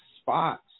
spots